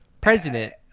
president